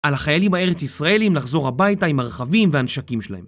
על החיילים הארץ ישראלים לחזור הביתה עם הרכבים והנשקים שלהם